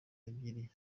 ebyiri